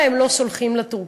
למה הם לא סולחים לטורקים,